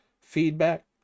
feedback